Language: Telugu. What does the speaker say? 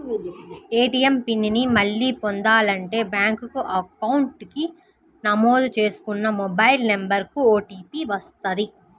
ఏటీయం పిన్ ని మళ్ళీ పొందాలంటే బ్యేంకు అకౌంట్ కి నమోదు చేసుకున్న మొబైల్ నెంబర్ కు ఓటీపీ వస్తది